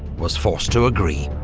was forced to agree.